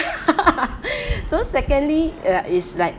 so secondly uh is like